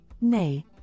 nay